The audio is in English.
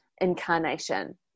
incarnation